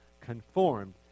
conformed